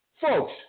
folks